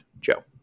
joe